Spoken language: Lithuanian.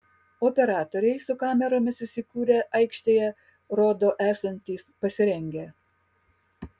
operatoriai su kameromis įsikūrę aikštėje rodo esantys pasirengę